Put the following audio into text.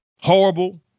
horrible